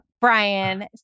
Brian